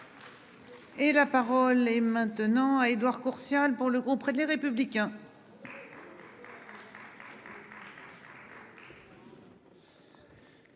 Et la parole est maintenant à Édouard Courtial pour le groupe Red les républicains.